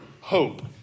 hope